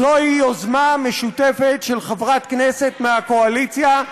זוהי יוזמה משותפת של חברת כנסת מהקואליציה,